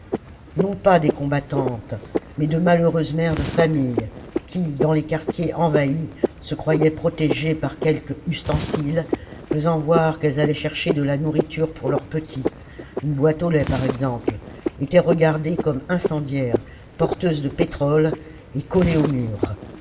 non pas des combattantes mais de malheureuses mères de famille qui dans les quartiers envahis se croyaient protégées par quelque ustensile faisant voir qu'elles allaient chercher de la nourriture pour leurs petits une boîte au lait par exemple étaient regardées comme incendiaires porteuses de pétrole et collées au mur